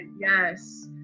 yes